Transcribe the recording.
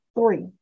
three